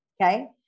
Okay